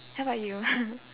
how bout you